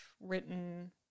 written